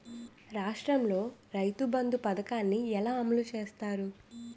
రాష్ట్రంలో రైతుబంధు పథకాన్ని ఎలా అమలు చేస్తారు?